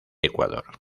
ecuador